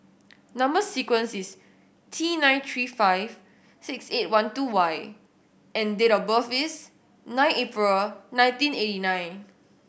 number sequence is T nine three five six eight one two Y and date of birth is nine April nineteen eighty nine